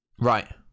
Right